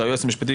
שהיועץ המשפטי,